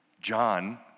John